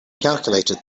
calculated